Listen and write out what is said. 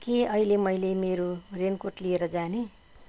के अहिले मैले मेरो रेनकोट लिएर जाने